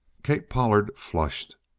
kate pollard flushed.